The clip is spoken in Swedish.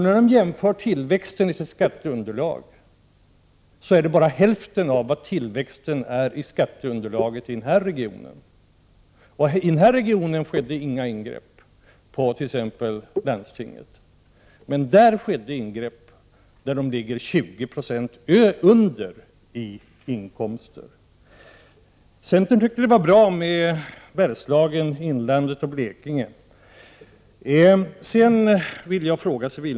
När de jämför tillväxten i sitt skatteunderlag finner de att den bara är hälften av vad tillväxten är i skatteunderlaget i Stockholmsregionen. Och här skedde inget ingrepp som berörde t.ex. landstinget — men där skedde ingrepp, trots att man ligger 20 Jo under i inkomster. Centern tyckte att det var bra med satsningarna på Bergslagen, inlandet i övrigt och Blekinge. Civilministern talade om avreglering.